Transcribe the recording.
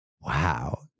Wow